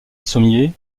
sommier